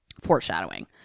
Foreshadowing